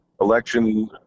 election